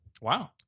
Wow